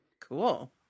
cool